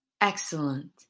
Excellent